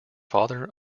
father